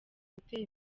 gutera